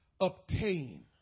obtain